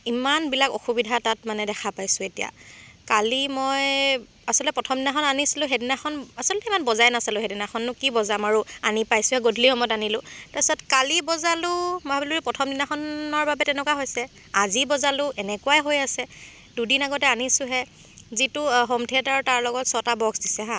ইমানবিলাক অসুবিধা তাত মানে দেখা পাইছোঁ এতিয়া কালি মই আচলতে প্ৰথম দিনাখন আনিছিলোঁ সেইদিনাখন আচলতে ইমান বজাই নাচালো সেইদিনাখননো কি বজাম আৰু আনি পাইছোঁহে গধূলি সময়ত আনিলোঁ তাৰ পিছত কালি বজালোঁ মই ভাবিলোঁ প্ৰথমদিনাখনৰ বাবে তেনেকুৱা হৈছে আজি বজালোঁ এনেকুৱাই হৈ আছে দুদিন আগতে আনিছোঁহে যিটো হোম থিয়েটাৰ তাৰ লগত ছটা বক্স দিছে হাঁ